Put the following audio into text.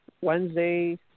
Wednesday